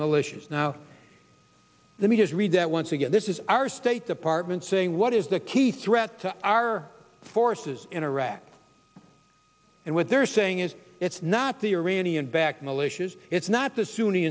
militias now let me just read that once again this is our state department saying what is the key threat to our forces in iraq and what they're saying is it's not the iranian backed militias it's not the sun